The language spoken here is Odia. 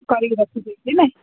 କରିକି ରଖିଛି କି ନାଇଁ